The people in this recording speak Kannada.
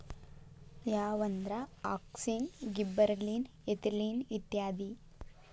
ಯಾವಂದ್ರ ಅಕ್ಸಿನ್, ಗಿಬ್ಬರಲಿನ್, ಎಥಿಲಿನ್ ಇತ್ಯಾದಿ